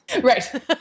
Right